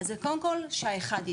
אז קודם כל שהאחד ידע.